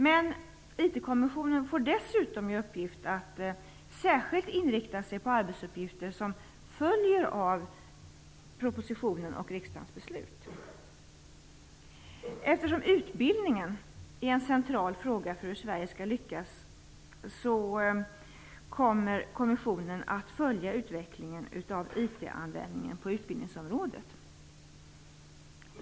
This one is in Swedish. Men man får dessutom i uppgift att särskilt inrikta sig på arbetsuppgifter som följer av propositionen och riksdagens beslut. Eftersom utbildningsfrågor är centrala för hur Sverige skall lyckas kommer kommissionen att följa utvecklingen av IT-användningen på utbildningsområdet.